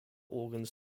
organs